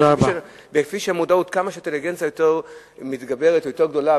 ככל שהאינטליגנציה יותר גבוהה,